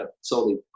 solely